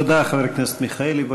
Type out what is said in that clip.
תודה, חבר הכנסת מיכאלי.